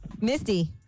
Misty